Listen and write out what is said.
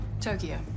Tokyo